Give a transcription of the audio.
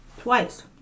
Twice